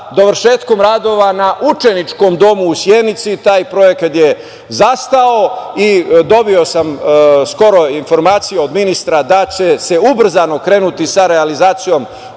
dovršetkom radova na učeničkom domu u Sjenici. Taj projekat je zastao i dobio sam skoro informaciju od ministra da će se ubrzano krenuti sa realizacijom